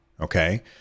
Okay